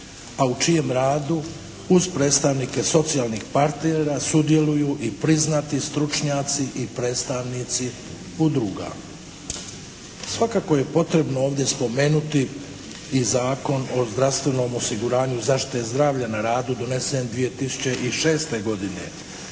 a u čijem radu uz predstavnike socijalnih partnera sudjeluju i priznati stručnjaci i predstavnici udruga. Svakako je potrebno ovdje spomenuti i Zakon o zdravstvenom osiguranju zaštite zdravlja na radu donesen 2006. godine